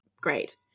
great